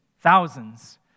thousands